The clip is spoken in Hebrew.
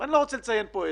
ואני לא רוצה לציין פה איזה,